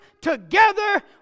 together